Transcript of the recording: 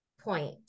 point